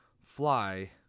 fly